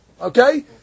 Okay